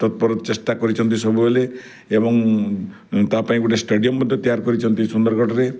ତତ୍ପରତ ଚେଷ୍ଟା କରିଛନ୍ତି ସବୁବେଳେ ଏବଂ ତାପାଇଁ ଗୋଟେ ଷ୍ଟାଡିଅମ୍ ମଧ୍ୟ ତିଆରି କରିଛନ୍ତି ସୁନ୍ଦରଗଡ଼ରେ